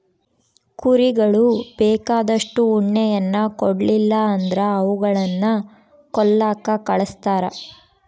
ಕುರಿಗಳು ಬೇಕಾದಷ್ಟು ಉಣ್ಣೆಯನ್ನ ಕೊಡ್ಲಿಲ್ಲ ಅಂದ್ರ ಅವುಗಳನ್ನ ಕೊಲ್ಲಕ ಕಳಿಸ್ತಾರ